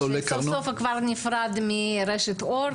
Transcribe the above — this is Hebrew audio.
סוף סוף הוא נפרד מרשת אורט.